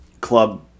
club